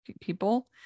people